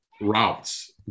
routes